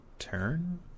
turn